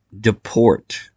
deport